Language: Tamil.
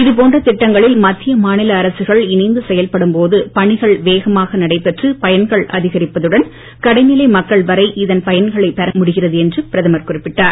இதுபோன்ற திட்டங்களில் மத்திய மாநில அரசுகள் இணைந்து செயல்படும்போது பணிகள் வேகமாக நடைபெற்று பயன்கள் அதிகரிப்பதுடன் கடைநிலை மக்கள் வரை இதன் பயன்களைப் பெற முடிகிறது என்றும் பிரதமர் குறிப்பிட்டார்